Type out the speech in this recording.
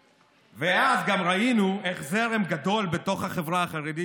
ואז גם ראינו איך זרם גדול בתוך החברה החרדית,